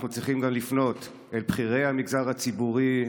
אנחנו צריכים גם לפנות אל בכירי המגזר הציבורי,